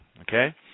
Okay